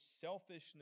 selfishness